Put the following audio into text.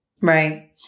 right